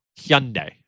Hyundai